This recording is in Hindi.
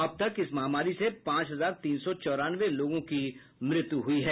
अब तक इस महामारी से पांच हजार तीन सौ चौरानवे लोगों की मृत्यु हुई है